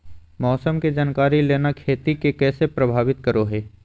मौसम के जानकारी लेना खेती के कैसे प्रभावित करो है?